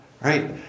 right